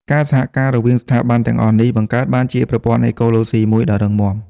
ការសហការរវាងស្ថាប័នទាំងអស់នេះបង្កើតបានជាប្រព័ន្ធអេកូឡូស៊ីមួយដ៏រឹងមាំ។